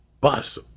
bus